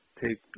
take